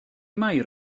mair